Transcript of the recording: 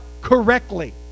correctly